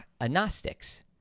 agnostics